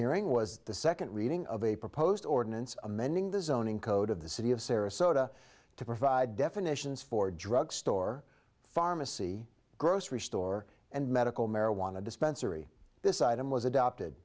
hearing was the second reading of a proposed ordinance amending the zoning code of the city of sarasota to provide definitions for drug store pharmacy grocery store and medical marijuana dispensary this item was adopted